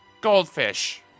Goldfish